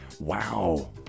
Wow